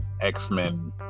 X-Men